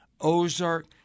Ozark